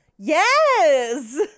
yes